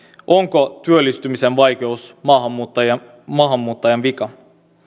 onko työllistymisen vaikeus maahanmuuttajan maahanmuuttajan vika